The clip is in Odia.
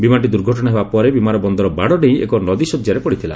ବିମାନଟି ଦୁର୍ଘଟଣା ହେବା ପରେ ବିମାନ ବନ୍ଦର ବାଡ଼ ଡେଇଁ ଏକ ନଦୀ ଶଯ୍ୟାରେ ପଡ଼ିଥିଲା